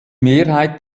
mehrheit